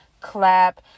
clap